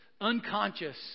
unconscious